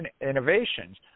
innovations